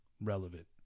relevant